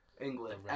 English